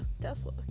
Tesla